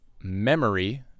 Memory